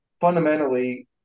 fundamentally